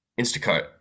Instacart